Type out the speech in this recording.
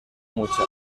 mucha